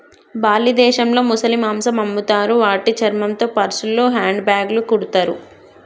Bali దేశంలో ముసలి మాంసం అమ్ముతారు వాటి చర్మంతో పర్సులు, హ్యాండ్ బ్యాగ్లు కుడతారు